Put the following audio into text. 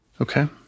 Okay